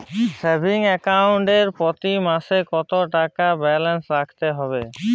Savings account এ প্রতি মাসে কতো টাকা ব্যালান্স রাখতে হবে?